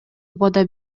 убада